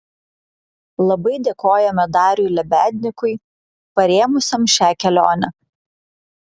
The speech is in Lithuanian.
labai dėkojame dariui lebednykui parėmusiam šią kelionę